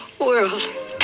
world